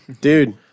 dude